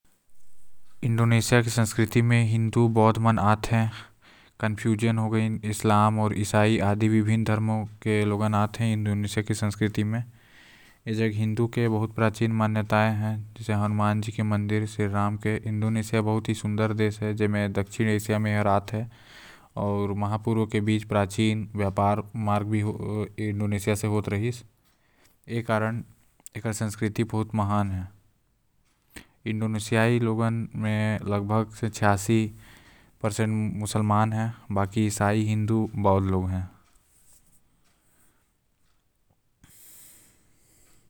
इंडोनेशिया के संस्कृति म हिन्दू आऊ बौद्ध मन आते अउर इस्लाम भी आएल साथ ही हिंदू सभ्यता बहुत प्राचीन हे वहां के आऊ साथ ही जो नृत्य संगीत आई खेल सब ए सभ्यता म आते।